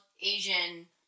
Asian